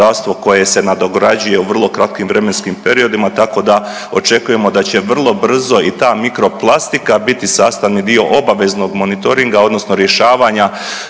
koje se nadograđuje u vrlo kratkim vremenskim periodima tako da očekujemo da će vrlo brzo i ta mikro plastika biti sastavni dio obaveznog monitoringa odnosno rješavanja,